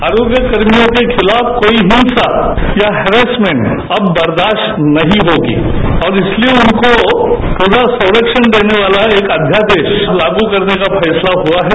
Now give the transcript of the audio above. आरोग्य कर्मियों के खिलाफ कोई हिंसा या हैरैसेन्ट अब बर्दास्त नहीं होगी और इसलिये उनको पूरा संख्यण देने वाला एक अध्यादेश तागू करने का फैसला हुआ है